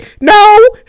No